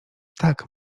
tak